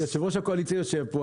יושב-ראש הקואליציה יושב פה,